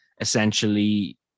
essentially